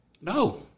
No